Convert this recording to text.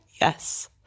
Yes